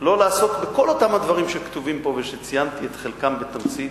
לא לעסוק בכל אותם הדברים שכתובים פה ושציינתי את חלקם בתמצית,